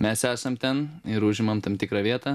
mes esam ten ir užimam tam tikrą vietą